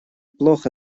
плохо